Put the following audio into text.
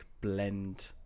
blend